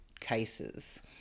cases